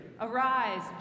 Arise